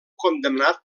condemnat